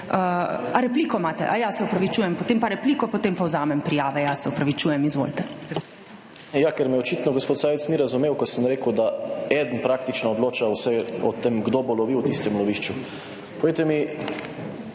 A repliko imate, se opravičujem. Potem pa repliko, potem pa vzamem prijave jaz, se opravičujem. Izvolite. ŽAN MAHNIČ (PS SDS): ja, ker me očitno gospod Sajovic ni razumel, ko sem rekel, da eden praktično odloča vse o tem kdo bo lovil v tistem lovišču. Povejte mi,